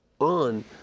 on